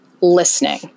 listening